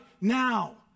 now